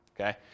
Okay